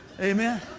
Amen